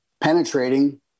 penetrating